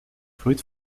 fruit